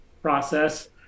process